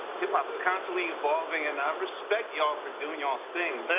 hip hop is constantly evolving. and i respect y'all for doing y'all's thing.